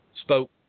spoke